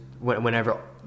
whenever